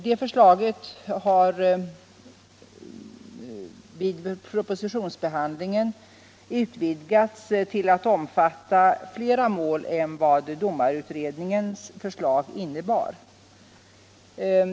Det förslaget har vid propositionsbehandlingen utvidgats till att omfatta fler mål än vad domarutredningens förslag innebar.